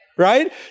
right